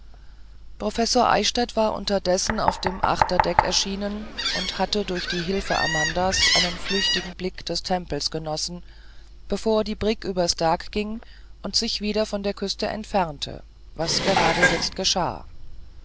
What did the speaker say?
professor eichstädt war unterdessen auf dem achterdeck erschienen und hatte durch die hilfe amandas einen flüchtigen anblick des tempels genossen bevor die brigg über stag ging und sich wieder von der küste entfernte was gerade jetzt geschah